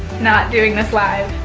not doing this live,